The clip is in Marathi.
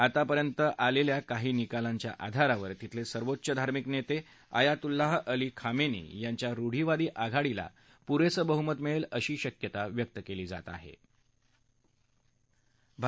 आत्तापर्यंत आलख्खा काही निकालांच्या आधारावर तिथल सर्वोच्च धार्मिक नस्त्रियातुल्लाह अली खामत्ती यांच्या रुढीवादी आघाडीला पुरस्ताबहुमत मिळव्ये अशी शक्यता व्यक्त कली जात आहा